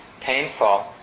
painful